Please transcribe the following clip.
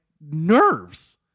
nerves